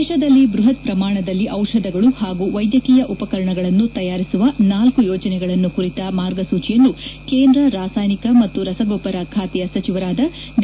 ದೇಶದಲ್ಲಿ ಬೃಹತ್ ಪ್ರಮಾಣದಲ್ಲಿ ದಿಷಧಗಳು ಹಾಗೂ ವೈದ್ಯಕೀಯ ಉಪಕರಣಗಳನ್ನು ತಯಾರಿಸುವ ನಾಲ್ಕು ಯೋಜನೆಗಳನ್ನು ಕುರಿತ ಮಾರ್ಗಸೂಚಿಯನ್ನು ಕೇಂದ್ರ ರಾಸಾಯನಿಕ ಮತ್ತು ರಸಗೊಬ್ಬರ ಖಾತೆಯ ಸಚಿವರಾದ ಡಿ